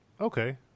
okay